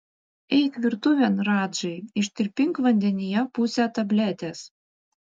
eik virtuvėn radžai ištirpink vandenyje pusę tabletės